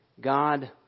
God